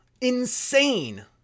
Insane